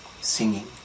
singing